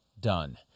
done